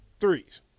threes